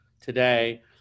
today